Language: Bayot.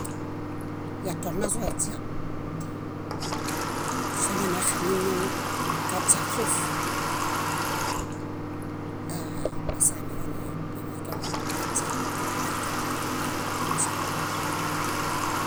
Yaton nazõedia. Sonixamimieŋ kadiafus, aa- esaame elanewaken kaźia, meźia dóloniḃuree neŝendo.